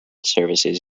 services